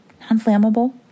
non-flammable